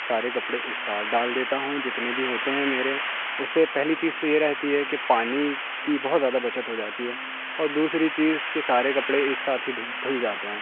سارے کپڑے ایک ساتھ ڈال دیتا ہوں جتنے بھی ہوتے ہیں میرے اس سے پہلی چیز تو یہ رہتی ہے کہ پانی کی بہت زیادہ بچت ہو جاتی ہے اور دوسری چیز کہ سارے کپڑے ایک ساتھ ہی دھل جاتے ہیں